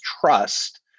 trust